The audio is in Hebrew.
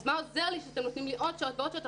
הוא שואל אז מה עוזר לו שנותנים לו עוד שעות ועוד שעות,